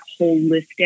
holistic